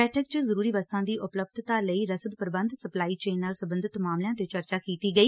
ਬੈਠਕ ਚ ਜ਼ਰੂਰੀ ਵਸਤਾ ਦੀ ਉਪਲੱਬਧਤਾ ਲਈ ਰਸਦ ਪ੍ਰਬੰਧ ਸਪਲਾਈ ਚੇਨ ਨਾਲ ਸਬੰਧਤ ਮਾਮਲਿਆਂ ਤੇ ਚਰਚਾ ਕੀਤੀ ਗਈ